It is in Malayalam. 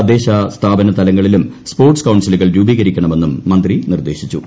തദ്ദേശ സ്ഥാപനതലങ്ങളിലും സ്പോർട്സ് കൌൺസ്ട്രിലുകൾ രൂപീകരിക്കണമെന്നും മന്ത്രി നിർദേശിച്ചു